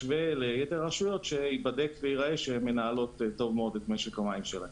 וליתר הרשויות שייבדק וייראה שהן מנהלות היטב את משק המים שלהן.